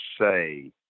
say